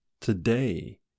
today